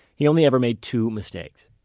he only ever made two mistakes.